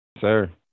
sir